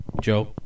Joe